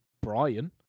Brian